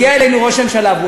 הגיע אלינו ראש הממשלה,